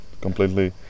completely